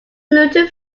gluten